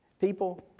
People